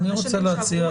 לגבי העבר,